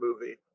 movie